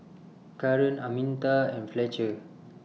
Karen Arminta and Fletcher